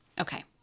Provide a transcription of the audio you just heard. Okay